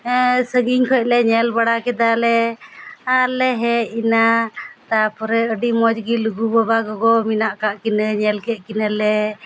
ᱥᱟᱺᱜᱤᱧ ᱠᱷᱚᱱ ᱞᱮ ᱧᱮᱞ ᱵᱟᱲᱟ ᱠᱮᱫᱟ ᱞᱮ ᱟᱨ ᱞᱮ ᱦᱮᱡ ᱮᱱᱟ ᱛᱟᱯᱚᱨᱮ ᱟᱹᱰᱤ ᱢᱚᱡᱽ ᱜᱮ ᱞᱩᱜᱩ ᱵᱟᱵᱟ ᱜᱚᱜᱚ ᱢᱮᱱᱟᱜ ᱟᱠᱟᱜ ᱠᱤᱱᱟᱹ ᱧᱮᱞ ᱠᱮᱫ ᱠᱤᱱᱟᱹ ᱞᱮ